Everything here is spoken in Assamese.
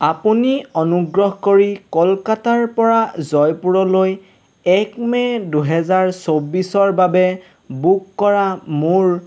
আপুনি অনুগ্ৰহ কৰি কলকাতাৰ পৰা জয়পুৰলৈ এক মে' দুহেজাৰ চৌবিছৰ বাবে বুক কৰা মোৰ